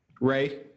Ray